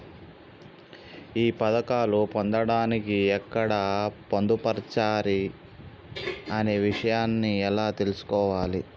ఈ పథకాలు పొందడానికి ఎక్కడ పొందుపరిచారు అనే విషయాన్ని ఎలా తెలుసుకోవాలి?